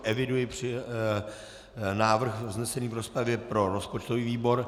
Eviduji návrh vznesený v rozpravě pro rozpočtový výbor.